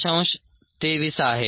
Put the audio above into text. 23 आहे